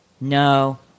no